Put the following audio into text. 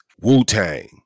Wu-Tang